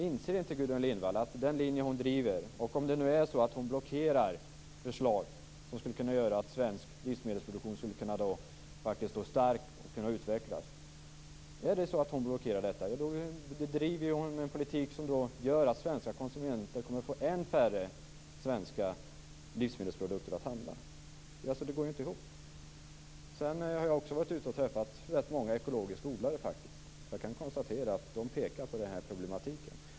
Inser inte Gudrun Lindvall att om hon nu blockerar förslag som skulle kunna göra att svensk livsmedelsproduktion kan utvecklas och stå stark, driver hon en politik som gör att svenska konsumenter kommer att få än färre svenska livsmedelsprodukter att efterfråga? Också jag har varit ute och träffat rätt många ekologiska odlare. Jag kan konstatera att de pekar på den här problematiken.